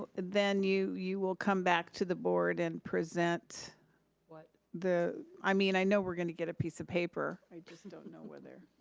ah then you you will come back to the board and present what the, i mean, i know we're gonna get a piece of paper. i just don't know whether.